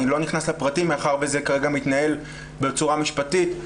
אני לא נכנס לפרטים מאחר וכרגע זה מתנהל בצורה משפטית,